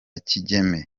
kigeme